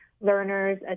learners